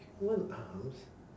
human arms